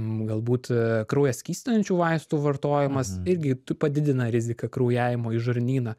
galbūt kraują skystinančių vaistų vartojimas irgi padidina riziką kraujavimo į žarnyną